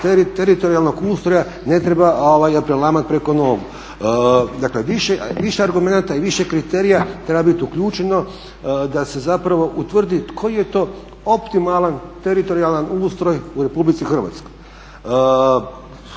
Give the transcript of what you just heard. teritorijalnog ustroja ne treba prelamati preko nogu. Dakle, više argumenata i više kriterija treba biti uključeno da se zapravo utvrdi koji je to optimalan teritorijalan ustroj u Republici Hrvatskoj.